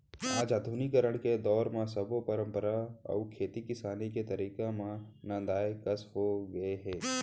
आज आधुनिकीकरन के दौर म सब्बो परंपरा अउ खेती किसानी के तरीका मन नंदाए कस हो गए हे